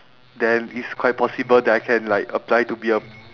then is quite possible that I can like apply to be a